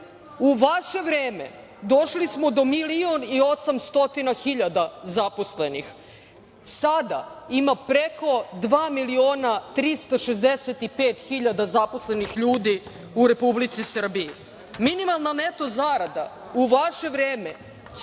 U vaše vreme došli smo do 1.800.000 zaposlenih, sada ima preko 2.365.000 zaposlenih ljudi u Republici Srbiji. Minimalna neto zarada u vaše vreme